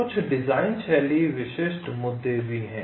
कुछ डिजाइन शैली विशिष्ट मुद्दे भी हैं